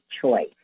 choice